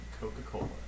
Coca-Cola